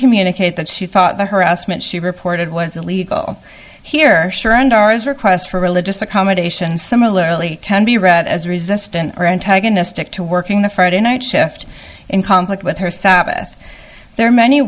communicate that she thought the harassment she reported was illegal here sure and ours requests for religious accommodation similarly can be read as resistant or antagonistic to working the friday night shift in conflict with her sabbath there are many